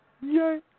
Yay